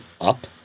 up